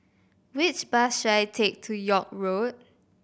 which bus should I take to York Road